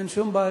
אין שום בעיה.